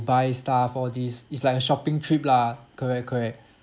buy stuff all this it's like a shopping trip lah correct correct